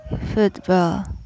football